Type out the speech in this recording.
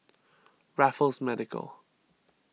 Raffles Medical